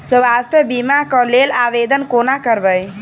स्वास्थ्य बीमा कऽ लेल आवेदन कोना करबै?